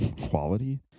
quality